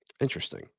Interesting